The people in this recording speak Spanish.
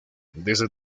desde